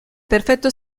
perfetto